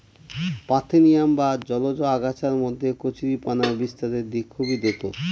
parthenium বা জলজ আগাছার মধ্যে কচুরিপানা বিস্তারের দিক খুবই দ্রূত